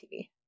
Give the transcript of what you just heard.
tv